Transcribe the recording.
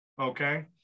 okay